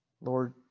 Lord